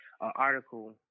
article